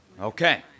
Okay